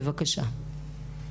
בבקשה.